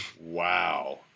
Wow